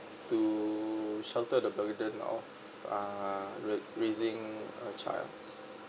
to shelter the burden now uh raising a child